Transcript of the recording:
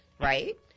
right